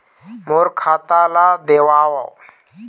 मोर खाता ला देवाव?